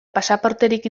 pasaporterik